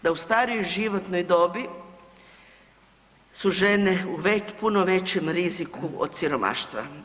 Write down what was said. Da u starijoj životnoj dobi su žene u puno većem riziku od siromaštva.